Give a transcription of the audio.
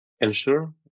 Ensure